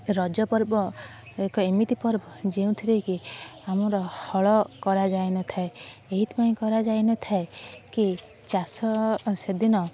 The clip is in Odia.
ରଜ ପର୍ବ ଏକ ଏମିତି ପର୍ବ ଯେଉଁଥିରେ କି ଆମର ହଳ କରାଯାଇନଥାଏ ଏଇଥିପାଇଁ କରାଯାଇନଥାଏ କି ଚାଷ ସେଦିନ